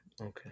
Okay